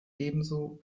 ebenso